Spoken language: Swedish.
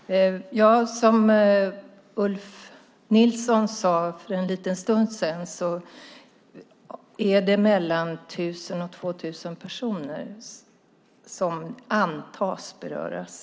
Herr talman! Som Ulf Nilsson sade för en liten stund sedan är det mellan 1 000 och 2 000 personer som antas beröras.